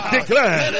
Declare